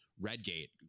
Redgate